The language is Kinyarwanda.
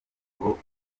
ngo